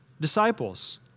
disciples